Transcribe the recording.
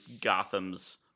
Gotham's